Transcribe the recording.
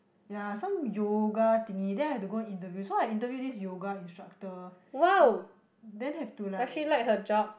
ya some yoga thingy then I have to go interview so I interview this yoga instructor then have to like